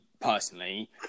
personally